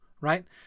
Right